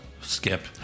Skip